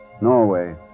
Norway